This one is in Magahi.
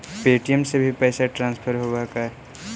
पे.टी.एम से भी पैसा ट्रांसफर होवहकै?